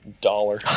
dollar